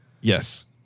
yes